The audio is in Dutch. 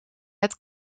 het